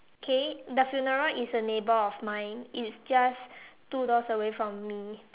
okay the funeral is a neighbor of mine it's just two doors away from me